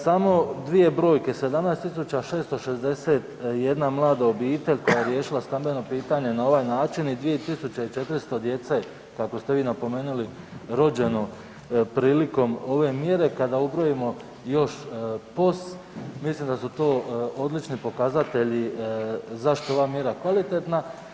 Samo dvije brojke 17.661 mlada obitelj koja je riješila stambeno pitanje na ovaj način i 2400 djece, kako ste vi napomenuli, rođeno prilikom ove mjere, kada ubrojimo još POS, mislim da su to odlični pokazatelji zašto je ova mjera kvalitetna.